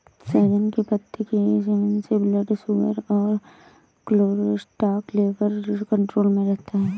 सहजन के पत्तों के सेवन से ब्लड शुगर और कोलेस्ट्रॉल लेवल कंट्रोल में रहता है